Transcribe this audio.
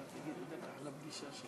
אתה לא עולה להציג משהו?